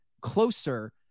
closer